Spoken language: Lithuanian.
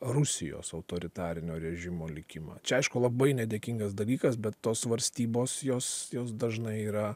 rusijos autoritarinio režimo likimą čia aišku labai nedėkingas dalykas bet tos svarstybos jos jos dažnai yra